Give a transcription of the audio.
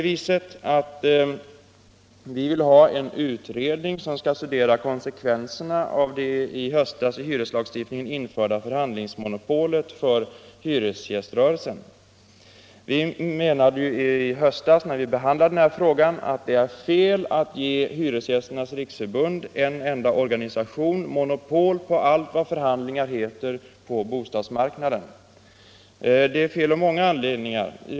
Vi vill ha en utredning som skall studera konsekvenserna av det i höstas i hyreslagstiftningen införda förhandlingsmonopolet för hyresgäströrelsen. Vi anförde i höstas, när den här frågan behandlades, att det är fel att ge Hyresgästernas riksförbund — en enda organisation —- monopol på allt vad förhandlingar heter på bostadsmarknaden. Det är fel av många anledningar.